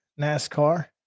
NASCAR